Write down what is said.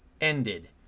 ended